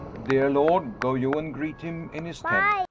dear lord, go you and greet him in his tent.